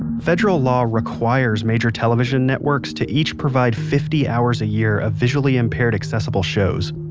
ah federal law requires major television networks to each provide fifty hours a year of visually impaired accessible shows.